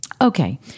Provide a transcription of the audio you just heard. Okay